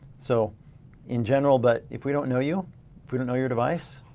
so in general, but if we don't know you, if we don't know your device,